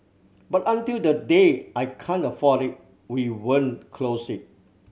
but until the day I can't afford it we won't close it